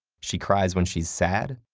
she cries when she's sad,